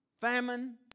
Famine